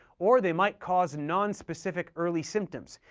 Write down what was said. or they might cause nonspecific early symptoms,